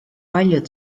paljud